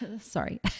sorry